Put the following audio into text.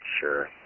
sure